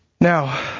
Now